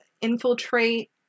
infiltrate